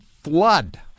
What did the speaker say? flood